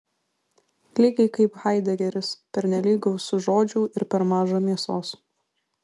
lygiai kaip haidegeris pernelyg gausu žodžių ir per maža mėsos